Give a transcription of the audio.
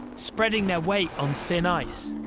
spreading their weight on thin ice.